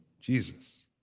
Jesus